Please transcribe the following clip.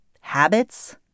habits